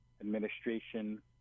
administration